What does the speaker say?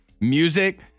Music